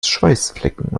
schweißflecken